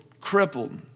crippled